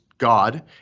God